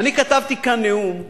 כתבתי כאן נאום,